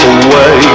away